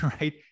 right